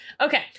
Okay